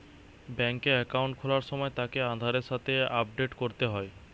বেংকে একাউন্ট খোলার সময় তাকে আধারের সাথে আপডেট করতে হয়